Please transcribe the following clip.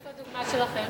איפה הדוגמה שלכם?